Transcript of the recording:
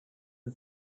the